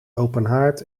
openhaard